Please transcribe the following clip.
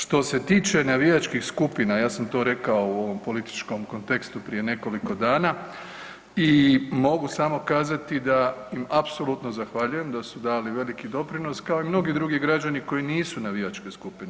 Što se tiče navijačkih skupina, ja sam to rekao u ovom političkom kontekstu prije nekoliko dana i mogu samo kazati da im apsolutno zahvaljujem da su dali veliki doprinos, kao i mnogi drugi građani koji nisu navijačke skupine.